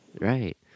Right